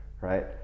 right